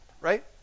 right